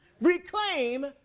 Reclaim